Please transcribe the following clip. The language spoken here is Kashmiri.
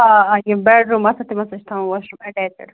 آ یِم بٮ۪ڈ روٗم آسن تِمن سۭتۍ چھُ تھاوُن واش روٗم اَٹٮ۪چ